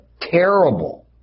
terrible